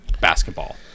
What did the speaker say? basketball